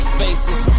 faces